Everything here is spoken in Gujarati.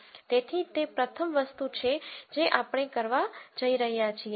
તેથી તે પ્રથમ વસ્તુ છે જે આપણે કરવા જઈ રહ્યા છીએ